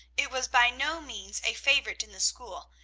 it was by no means a favorite in the school,